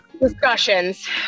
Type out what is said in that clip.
Discussions